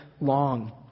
long